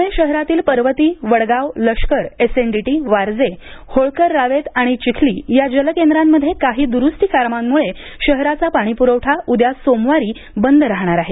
पुणे शहरातील पर्वती वडगाव लष्कर एसएनडीटी वारजे होळकर रावेत आणि चिखली या जलकेंद्रांमध्ये काही दुरुस्ती कामांमुळे शहराचा पाणीपुरवठा उद्या सोमवारी बंद राहणार आहे